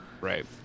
Right